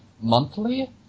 monthly